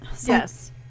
Yes